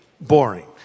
boring